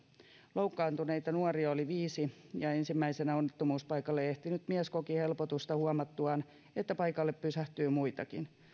loukkaantuneita nuoria oli viisi ja ensimmäisenä onnettomuuspaikalle ehtinyt mies koki helpotusta huomattuaan että paikalle pysähtyi muitakin